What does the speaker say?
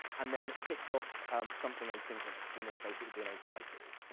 and then it kicks off something asynchronous, so in this case, it would be an api call.